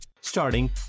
starting